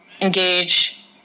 engage